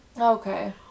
Okay